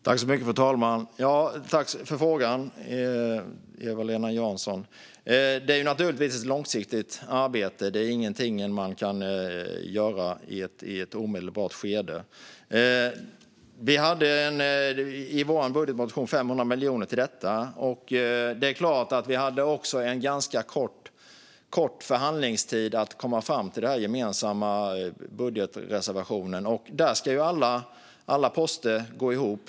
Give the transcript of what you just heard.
Fru talman! Tack för frågan, Eva-Lena Jansson! Det är naturligtvis ett långsiktigt arbete. Det är ingenting som man kan göra omedelbart. Nu hade vi lagt 500 miljoner till det i vår budgetmotion. Vi hade ganska kort förhandlingstid på oss för att komma fram till den gemensamma budgetreservationen. Där ska alla poster gå ihop.